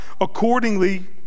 accordingly